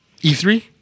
E3